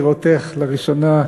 על מנת להציג את ההודעה מטעם הוועדה.